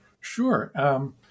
Sure